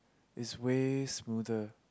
it's way smoother